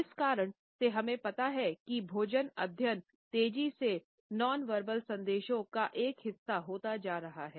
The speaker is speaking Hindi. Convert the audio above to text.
इस कारण से हमे पता हैं कि भोजन अध्ययन तेजी से नॉनवर्बल संदेशों का एक हिस्सा होते जा रहे हैं